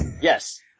Yes